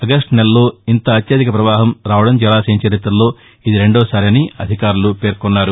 August నెలలో ఇంత అత్యధిక ప్రవాహం రావడం జలాశయం చరితలో ఇది రెండోసారి అని అధికారులు పేర్కొన్నారు